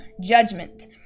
judgment